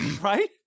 Right